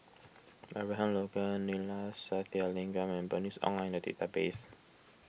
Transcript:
Abraham Logan Neila Sathyalingam and Bernice Ong are in the database